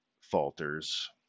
falters